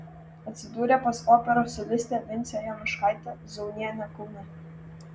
atsidūrė pas operos solistę vincę jonuškaitę zaunienę kaune